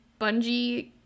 bungee